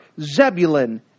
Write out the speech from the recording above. Zebulun